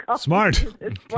Smart